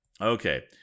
Okay